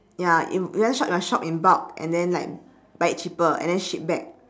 ya you you want shop must shop in bulk and then like buy it cheaper and then ship back